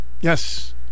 Yes